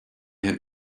have